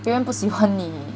别人不喜欢你